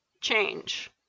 change